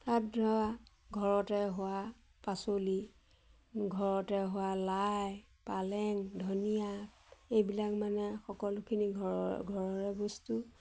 তাত ধৰা ঘৰতে হোৱা পাচলি ঘৰতে হোৱা লাই পালেং ধনিয়া এইবিলাক মানে সকলোখিনি ঘৰৰ ঘৰৰে বস্তু